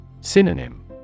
Synonym